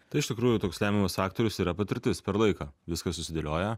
tai iš tikrųjų toks lemiamas faktorius yra patirtis per laiką viskas susidėlioja